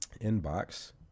inbox